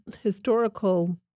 historical